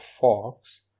fox